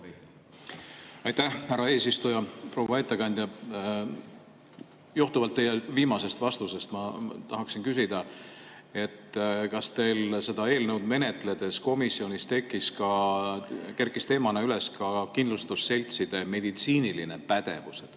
Aitäh, härra eesistuja! Proua ettekandja! Johtuvalt teie viimasest vastusest ma tahaksin küsida. Kas teil seda eelnõu menetledes komisjonis kerkis teemana üles ka kindlustusseltside meditsiiniline pädevus?